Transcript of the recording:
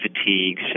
fatigue